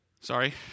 Sorry